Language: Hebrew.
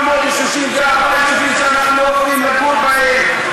961 יישובים שאנחנו לא יכולים לגור בהם,